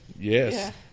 Yes